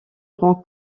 rend